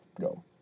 go